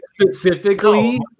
specifically